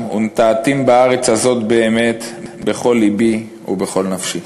ונטעתִים בארץ הזאת באמת בכל לבי ובכל נפשי".